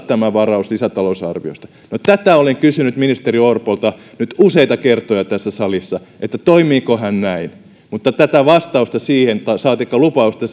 tämä varaus lisätalousarviosta no tätä olen kysynyt ministeri orpolta nyt useita kertoja tässä salissa että toimiiko hän näin mutta vastausta siihen saatikka lupausta